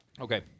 Okay